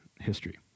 history